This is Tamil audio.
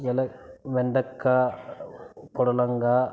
விலை வெண்டக்காய் பொடலங்காய்